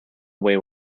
away